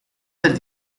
del